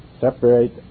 Separate